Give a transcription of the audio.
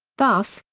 thus,